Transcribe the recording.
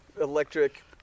electric